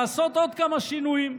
לעשות עוד כמה שינויים.